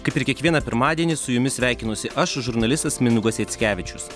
kaip ir kiekvieną pirmadienį su jumis sveikinuosi aš žurnalistas mindaugas jackevičius